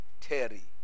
Terry